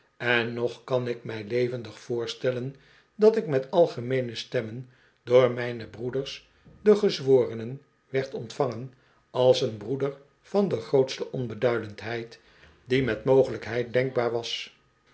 en nog kan ik mij levendig voorstellen dat ik met algemeene stemmen door mijne broeders de gezworenen werd ontvangen als een broeder van de grootste onbeduidendheid die met mogelijkheid denkbaar was